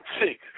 Six